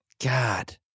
God